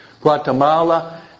Guatemala